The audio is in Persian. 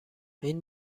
این